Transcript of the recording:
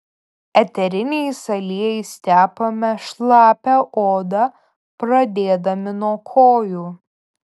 eteriniais aliejais tepame šlapią odą pradėdami nuo kojų